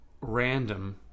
Random